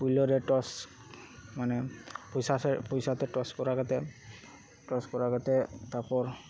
ᱯᱩᱭᱞᱟᱹ ᱨᱮ ᱴᱚᱥ ᱢᱟᱱᱮ ᱯᱚᱭᱥᱟ ᱥᱮ ᱯᱚᱭᱥᱟ ᱛᱮ ᱴᱚᱥ ᱠᱚᱨᱟᱣ ᱠᱟᱛᱮᱜ ᱴᱚᱥ ᱠᱚᱨᱟᱣ ᱠᱟᱛᱮᱜ ᱛᱟᱯᱚᱨ